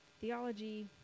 theology